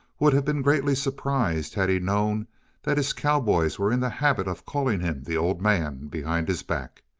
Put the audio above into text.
would have been greatly surprised had he known that his cowboys were in the habit of calling him the old man behind his back.